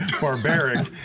Barbaric